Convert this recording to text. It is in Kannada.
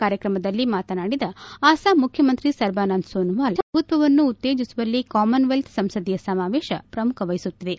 ಕಾರ್ಯಕ್ರಮದಲ್ಲಿ ಮಾತನಾಡಿದ ಅಸ್ವಾಂ ಮುಖ್ಯಮಂತ್ರಿ ಸರ್ಬಾನಂದ ಸೋನೋವಾಲ್ ಪ್ರಜಾಪ್ರಭುತ್ವವನ್ನು ಉತ್ತೇಜಿಸುವಲ್ಲಿ ಕಾಮನ್ ವೆಲ್ತ್ ಸಂಸದೀಯ ಸಮಾವೇಶ ಪ್ರಮುಖ ವಹಿಸುತ್ತಿವೆ